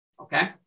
okay